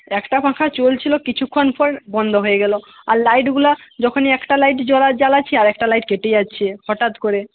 একটা পাখা চলছিল কিছুক্ষণ পর বন্ধ হয়ে গেল আর লাইটগুলা যখনই একটা লাইট জ্বালাছি আর একটা লাইট কেটে যাচ্ছে হঠাৎ করে